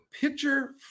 pitcher